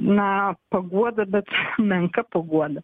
na paguoda bet menka paguoda